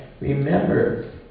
Remember